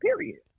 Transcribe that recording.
period